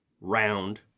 round